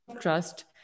trust